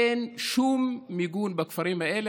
אין שום מיגון בכפרים האלה.